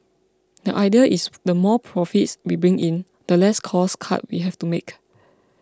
the idea is the more profits we bring in the less cost cuts we have to make